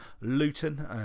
Luton